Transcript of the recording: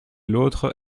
l’autre